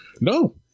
No